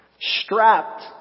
Strapped